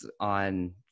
on